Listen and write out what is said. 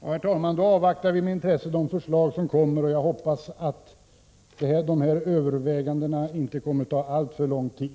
Herr talman! Då avvaktar vi med intresse de förslag som kommer. Jag hoppas att övervägandena inte kommer att ta alltför lång tid.